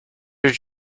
did